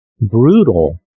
brutal